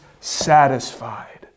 satisfied